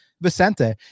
Vicente